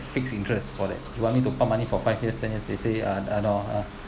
fixed interest for that you want me to pump money for five years ten years they say uh no